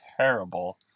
terrible